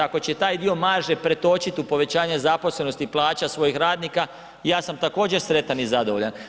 Ako će taj dio marže pretočiti u povećanje zaposlenosti i plaće svojih radnika, ja sam također sretan i zadovoljan.